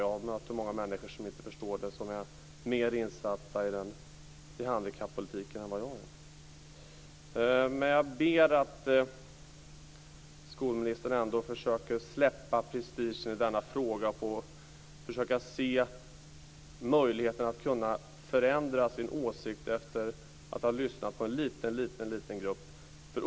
Jag har mött många människor som är mer insatta i handikappolitik än vad jag är som inte förstår detta. Men jag ber att skolministern ändå försöker släppa prestigen i denna fråga och försöker se möjligheterna att kunna förändra sin åsikt efter att ha lyssnat på en liten, liten grupp.